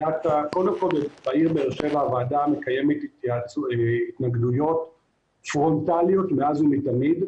בעיר באר שבע הוועדה מקיימת התנגדויות פרונטליות מאז ומתמיד,